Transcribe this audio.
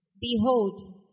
Behold